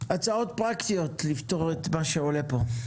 הצעות פרקטיות לפתור את מה שעולה כאן